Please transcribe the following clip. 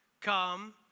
come